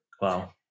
Wow